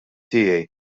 tiegħi